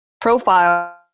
profile